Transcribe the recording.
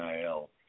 NIL